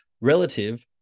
relative